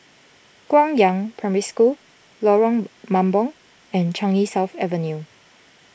Guangyang Primary School Lorong Mambong and Changi South Avenue